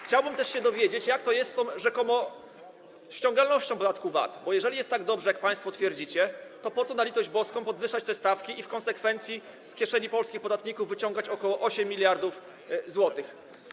Chciałbym też się dowiedzieć, jak to jest z tą rzekomą ściągalnością podatku VAT, bo jeżeli jest tak dobrze, jak państwo twierdzicie, to po co, na litość boską, podwyższać te stawki i w konsekwencji z kieszeni polskich podatników wyciągać ok. 8 mld zł.